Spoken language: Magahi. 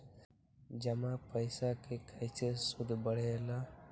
जमा पईसा के कइसे सूद बढे ला?